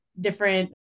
different